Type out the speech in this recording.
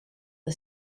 the